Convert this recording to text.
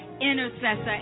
intercessor